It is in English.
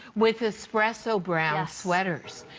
with espresso brown sweaters.